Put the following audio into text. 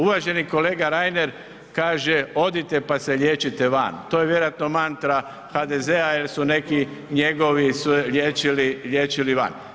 Uvaženi kolega Reiner kaže odite pa se liječite van, to je vjerojatno mantra HDZ-a jer su se neki njegovi liječili van.